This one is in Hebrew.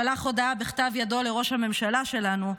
שלח הודעה בכתב ידו לראש הממשלה שלנו,